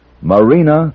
marina